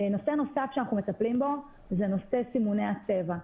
נושא נוסף שאנחנו מטפלים בו זה נושא סימוני הצבע.